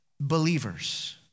believers